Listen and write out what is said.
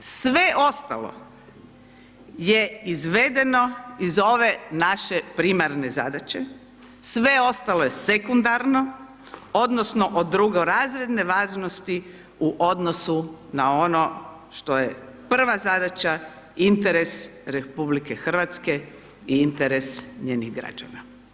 Sve ostalo je izvedeno iz ove naše primarne zadaće, sve ostalo je sekundarno odnosno od drugorazredne važnosti u odnosu na ono što je prva zadaća, interes RH i interes njenih građana.